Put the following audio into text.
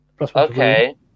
Okay